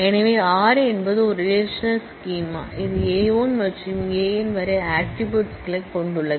எனவே ஆர் என்பது ஒரு ரெலேஷனல் ஸ்கீமா இது A 1 முதல் A n வரை ஆட்ரிபூட்ஸ் களைக் கொண்டுள்ளது